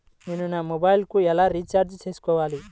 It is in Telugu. నేను నా మొబైల్కు ఎలా రీఛార్జ్ చేసుకోవాలి?